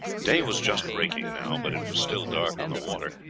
day was just breaking now, but it was still dark on the water,